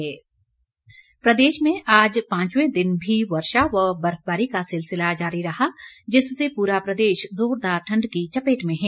मौसम प्रदेश में आज पांचवें दिन भी वर्षा व बर्फबारी का सिलसिला जारी रहा जिससे पूरा प्रदेश जोरदार ठंड की चपेट में है